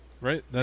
Right